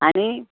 आनी